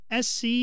SC